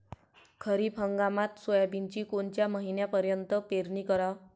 खरीप हंगामात सोयाबीनची कोनच्या महिन्यापर्यंत पेरनी कराव?